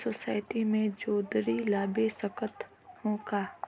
मैं सोसायटी मे जोंदरी ला बेच सकत हो का?